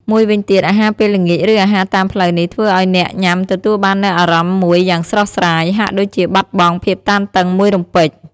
មួយវិញទៀត អាហារពេលល្ងាច ឬអាហារតាមផ្លូវនេះធ្វើឲ្យអ្នកញុាំទទួលបាននូវអារម្មណ៍មួយយ៉ាងស្រស់ស្រាយ ហាក់ដូចជាបាត់បង់ភាពតានតឹងមួយរំពេច។